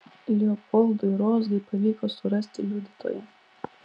leopoldui rozgai pavyko surasti liudytoją